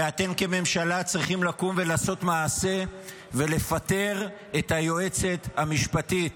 ואתם כממשלה צריכים לקום ולעשות מעשה ולפטר את היועצת המשפטית.